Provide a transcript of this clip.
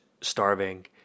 starving